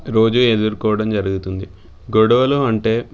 రోజు ఎదుర్కోవడం జరుగుతుంది గొడవలు అంటే